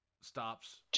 stops